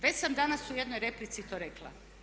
Veća sam danas u jednoj replici to rekla.